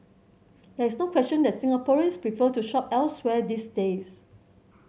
there is no question that Singaporeans prefer to shop elsewhere these days